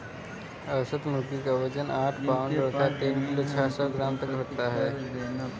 औसत मुर्गी क वजन आठ पाउण्ड अर्थात तीन किलो छः सौ ग्राम तक होता है